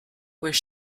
where